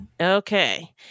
Okay